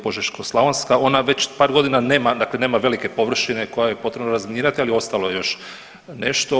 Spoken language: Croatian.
Požeško-slavonska ona već par godina nema, dakle nema velike površine koje je potrebno razminirati ali ostalo je još nešto.